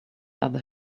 other